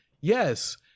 Yes